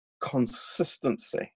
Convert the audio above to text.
consistency